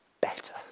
better